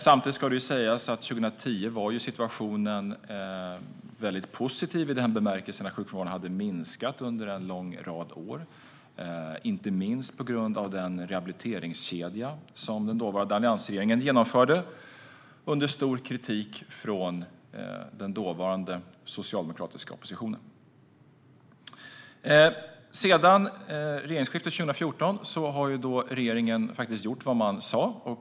Samtidigt ska det sägas att 2010 var situationen väldigt positiv i den bemärkelsen att sjukfrånvaron hade minskat under en lång rad år, inte minst på grund av den rehabiliteringskedja som den dåvarande alliansregeringen genomförde - under stor kritik från den dåvarande socialdemokratiska oppositionen. Sedan regeringsskiftet 2014 har regeringen faktiskt gjort vad den sagt.